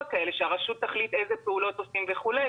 כאלה: שהרשות תחליט אילו פעולות עושים וכולי,